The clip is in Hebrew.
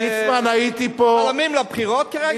מתכוננים לבחירות כרגע כאן?